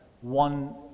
one